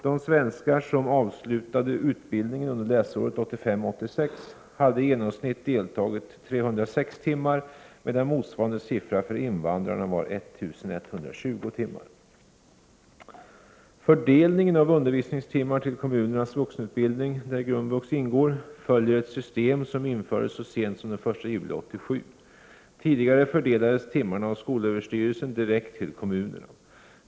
De svenskar som avslutade utbildningen under läsåret 1985/86 hade i genomsnitt deltagit 306 timmar, medan motsvarande siffra för invandrarna var 1 120 timmar. Fördelningen av undervisningstimmar till kommunernas vuxenutbildning, där grundvux ingår, följer ett system som infördes så sent som den 1 juli 1987. Tidigare fördelades timmarna av skolöverstyrelsen direkt till kommunerna.